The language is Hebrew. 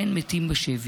כן, מתים בשבי.